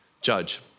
judge